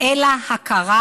אלא הכרה